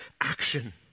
action